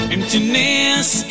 Emptiness